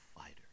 fighter